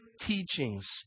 teachings